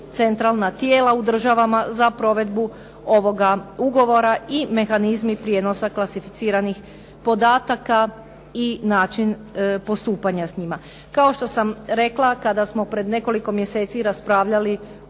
centralna tijela u državama za provedbu ovoga ugovora i mehanizmi prijenosa klasificiranih podataka i način postupanja s njima. Kao što sam rekla kada smo pred nekoliko mjeseci raspravljali